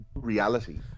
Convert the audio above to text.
Reality